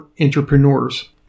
entrepreneurs